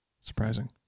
Surprising